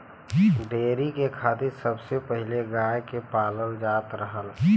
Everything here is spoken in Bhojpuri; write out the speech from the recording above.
डेयरी के खातिर सबसे पहिले गाय के पालल जात रहल